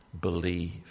believe